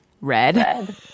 red